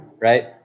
right